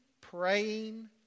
Praying